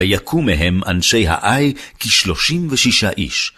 ויכו מהם אנשי העי כ-36 איש.